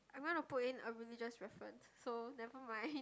I'm gonna put in a religious reference so never mind